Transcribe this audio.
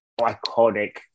iconic